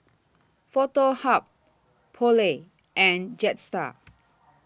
Foto Hub Poulet and Jetstar